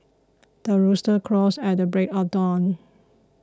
the rooster crows at the break of dawn